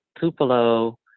Tupelo